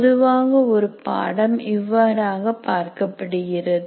பொதுவாக ஒரு பாடம் இவ்வாறாக பார்க்கப்படுகிறது